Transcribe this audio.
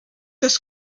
des